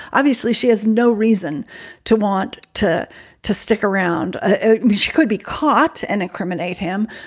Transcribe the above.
obviously, she has no reason to want to to stick around. ah she could be caught and incriminate him,